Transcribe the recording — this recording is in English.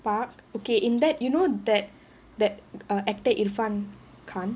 park okay in that you know that that err actor irfan khan